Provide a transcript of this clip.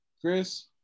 Chris